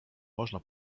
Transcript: można